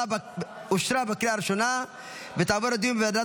אושרה בקריאה הראשונה ותעבור לדיון בוועדת